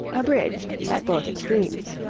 abridged at both extremes.